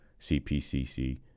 CPCC